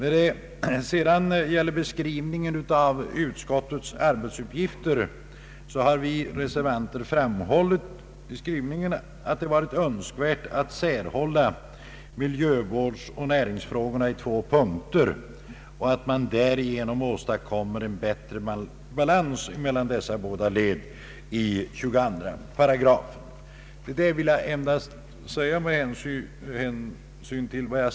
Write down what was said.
Beträffande beskrivningen av utskottets arbetsuppgifter har vi reservanter i skrivningen framhållit att det varit önskvärt att hålla isär miljövårdsoch näringsfrågor i två punkter och att man därigenom åstadkommer en bättre balans mellan dessa båda led i 22 8.